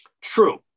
true